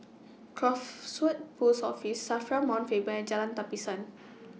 Crawford Post Office SAFRA Mount Faber and Jalan Tapisan